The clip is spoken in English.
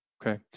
Okay